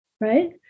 right